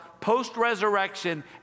post-resurrection